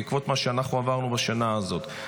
בעקבות מה שאנחנו עברנו בשנה הזאת,